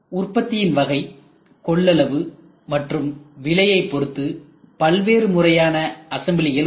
உற்பத்தியின் வகை கொள்ளளவு மற்றும் விலையை பொறுத்து பல்வேறு முறையான அசம்பிளிகள் உள்ளன